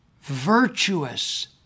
Virtuous